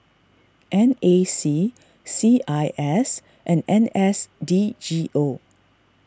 N A C C I S and N S D G O